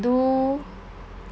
do